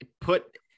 put